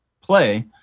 play